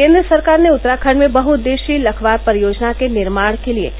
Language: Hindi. केन्द्र सरकार ने उत्तराखंड में बहुउद्देशीय लखवार परियोजना के निर्माण के लिए